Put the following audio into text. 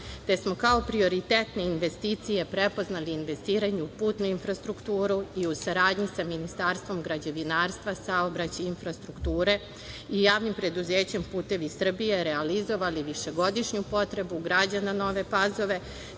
te smo kao prioritetne investicije prepoznali investiranje u putnu infrastrukturu i u saradnji sa Ministarstvom građevinarstva, saobraćaja i infrastrukture i javnim preduzećem "Putevi Srbije" realizovali višegodišnju potrebu građana Nove Pazove